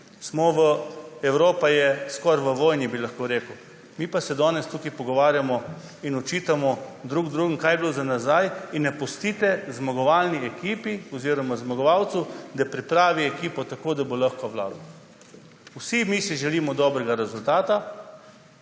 krizo, Evropa je skoraj v vojni, bi lahko rekel, mi se pa danes tukaj pogovarjamo in očitamo drug drugemu, kaj je bilo za nazaj, in ne pustite zmagovalni ekipi oziroma zmagovalcu, da pripravi ekipo tako, da bo lahko vladal. Vsi mi si želimo dobrega rezultata,